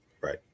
Right